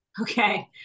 okay